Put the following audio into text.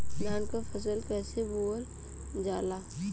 धान क फसल कईसे बोवल जाला?